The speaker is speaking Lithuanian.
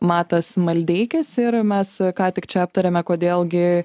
matas maldeikis ir mes ką tik čia aptarėme kodėl gi